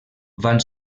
van